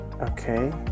okay